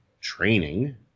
training